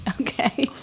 Okay